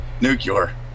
nuclear